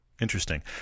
Interesting